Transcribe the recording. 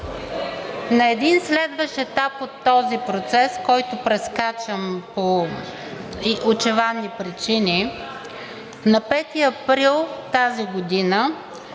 На един следващ етап от този процес, който прескачам по очевадни причини, на 5 април тази година